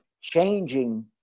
changing